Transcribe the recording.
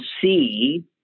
see